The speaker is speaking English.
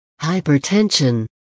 hypertension